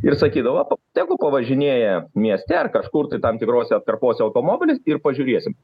ir sakydavo tegu pavažinėja mieste ar kažkur tai tam tikrose atkarpose automobilis ir pažiūrėsim